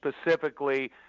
specifically